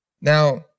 Now